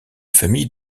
famille